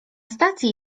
stacji